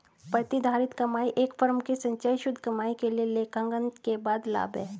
प्रतिधारित कमाई एक फर्म की संचयी शुद्ध कमाई के लिए लेखांकन के बाद लाभ है